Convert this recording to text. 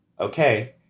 okay